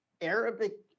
Arabic